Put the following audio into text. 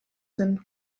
zen